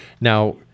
Now